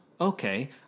Okay